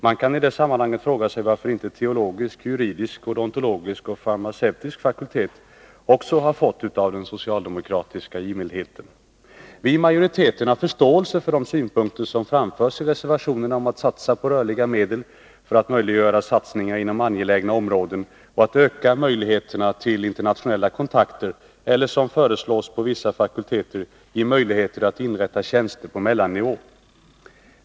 Man kan i det sammanhanget fråga sig varför inte teologiska, juridiska, odontologiska och farmaceutiska fakulteterna också har fått del av den socialdemokratiska givmildheten. Vi i majoriteten har förståelse för de synpunkter som framförs i reservationerna om att man skall satsa på rörliga medel för att möjliggöra satsningar inom angelägna områden och att öka möjligheterna till internationella kontakter eller, som föreslås för vissa fakulteter, ge möjligheter att inrätta tjänster på mellannivå.